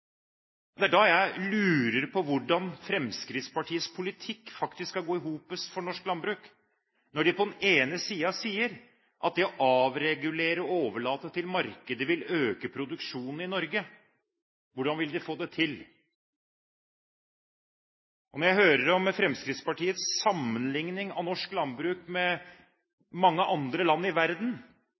Det er da jeg lurer på hvordan Fremskrittspartiets politikk skal gå i hop for norsk landbruk, når de sier at det å avregulere og overlate til markedet vil øke produksjonen i Norge. Hvordan vil de få det til? Når jeg hører at Fremskrittspartiet sammenlikner norsk landbruk med landbruket i mange andre land i verden,